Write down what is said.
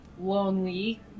lonely